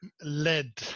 lead